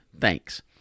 Thanks